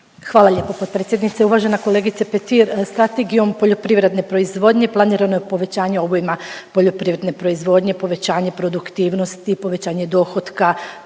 Hvala lijepo potpredsjednice. Uvažena kolegice Petir. Strategijom poljoprivredne proizvodnje planirano je povećanje obujma poljoprivredne proizvodnje, povećanje produktivnosti, povećanje dohotka,